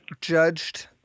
judged